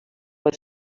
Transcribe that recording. els